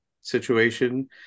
situation